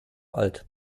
alt